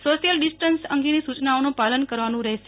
social distance અંગેની સૂયનાઓનું પાલન કરવાનું રહેશે